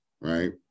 right